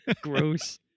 Gross